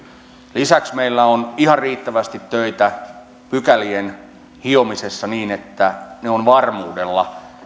lisäksi meillä on ihan riittävästi töitä pykälien hiomisessa niin että ne ovat varmuudella hiottuja